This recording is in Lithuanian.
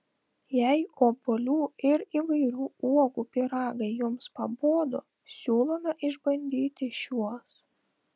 jei obuolių ir įvairių uogų pyragai jums pabodo siūlome išbandyti šiuos